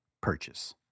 purchase